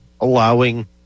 allowing